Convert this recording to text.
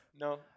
No